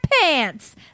pants